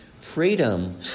Freedom